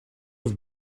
have